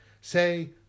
Say